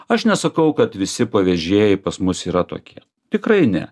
aš nesakau kad visi pavežėjai pas mus yra tokie tikrai ne